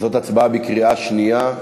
זאת הצבעה בקריאה שנייה.